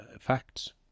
facts